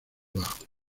bajo